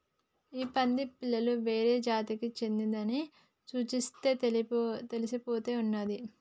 ఈ పంది పిల్ల వేరే జాతికి చెందిందని చూస్తేనే తెలిసిపోతా ఉన్నాది